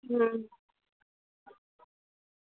હં